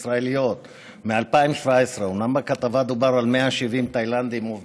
ישראליות, מ-2017, אומנם בכתבה דובר על 170 עובדים